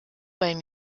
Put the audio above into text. beim